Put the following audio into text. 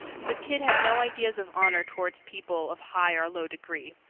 but kidd had no ideas of honor toward people of high or low degree.